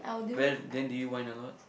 but then then do you whine a lot